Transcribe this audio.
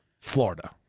Florida